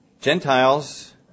Gentiles